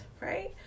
right